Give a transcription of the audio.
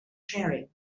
sharing